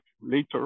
later